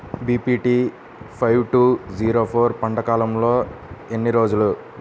BPT five two zero four పంట కాలంలో ఎన్ని రోజులు?